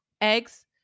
eggs